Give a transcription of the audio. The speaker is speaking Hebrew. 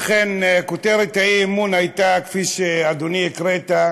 אכן, כותרת האי-אמון הייתה כפי שהקראת,